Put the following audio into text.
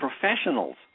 professionals